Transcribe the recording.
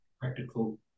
practical